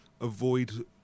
avoid